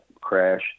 crash